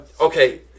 okay